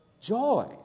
Joy